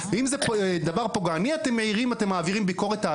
אם זה דבר פוגעני אתם מעירים, אתם מעבירים ביקורת.